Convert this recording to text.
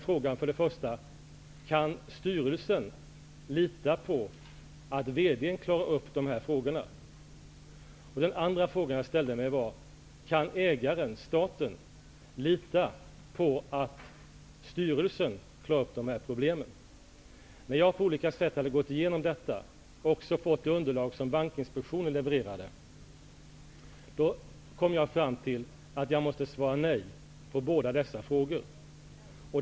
Kan styrelsen lita på att vd klarar upp de här problemen? 2. Kan ägaren-staten lita på att styrelsen klarar upp de här problemen? När jag på olika sätt hade gått igenom detta och fått det underlag som bankinspektionen levererade kom jag fram till att jag måste svara nej på båda dessa frågor.